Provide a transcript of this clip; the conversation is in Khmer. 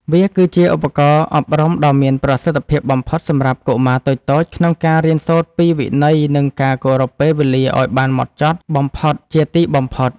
វាគឺជាឧបករណ៍អប់រំដ៏មានប្រសិទ្ធភាពបំផុតសម្រាប់កុមារតូចៗក្នុងការរៀនសូត្រពីវិន័យនិងការគោរពពេលវេលាឱ្យបានហ្មត់ចត់បំផុតជាទីបំផុត។